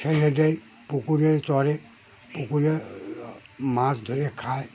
ছেড়ে দেয় পুকুরে চরে পুকুরে মাছ ধরে খায়